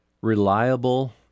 reliable